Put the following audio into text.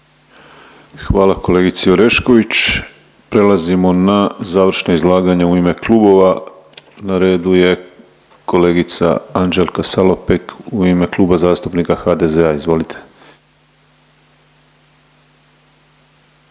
Hvala kolegici Orešković. Prelazimo na završno izlaganje u ime klubova. Na redu je kolegica Anđelka Salopek u ime Kluba zastupnika HDZ-a. Izvolite.